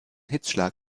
hitzschlag